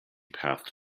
path